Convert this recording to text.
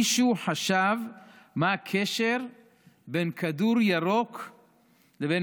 מישהו חשב מה הקשר בין כדור ירוק לבין